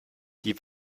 die